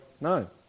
no